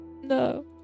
No